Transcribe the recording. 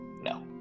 No